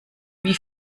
wie